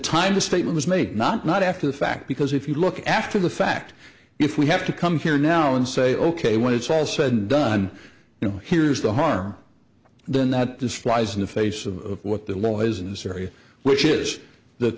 time the statement is made not not after the fact because if you look after the fact if we have to come here now and say ok when it's all said and done you know here's the harm then that this flies in the face of what the law is in syria which is that